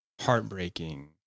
heartbreaking